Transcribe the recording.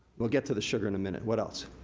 we'll get to the sugar and minute, what else?